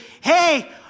hey